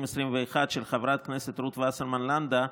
התשפ"ב 2021, של חברת הכנסת רות וסרמן לנדה,